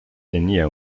tenía